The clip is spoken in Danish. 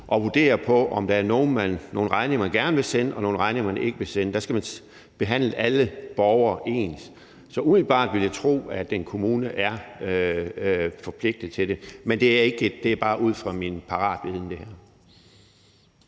og vurdere på, om der er nogle regninger, man gerne vil sende, og nogle regninger, man ikke vil sende. Man skal behandle alle borgere ens. Så umiddelbart vil jeg tro, at en kommune er forpligtet til det, men jeg svarer kun ud fra min paratviden her.